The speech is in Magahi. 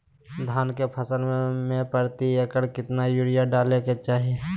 धान के फसल में प्रति एकड़ कितना यूरिया डाले के चाहि?